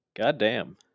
Goddamn